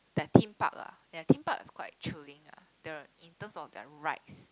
that theme park lah their theme park is quite chilling lah the in terms of their rides